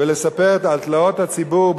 ולספר על תלאות הציבור,